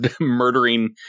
murdering